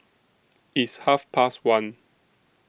its Half Past one